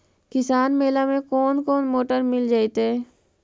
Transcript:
किसान मेला में कोन कोन मोटर मिल जैतै?